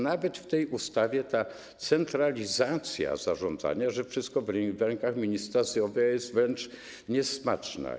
Nawet w tej ustawie ta centralizacja zarządzania, to, że wszystko jest w rękach ministra zdrowia, jest wręcz niesmaczna.